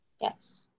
Yes